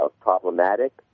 problematic